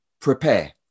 prepare